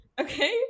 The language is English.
okay